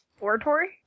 Oratory